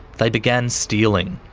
they began stealing.